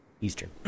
Eastern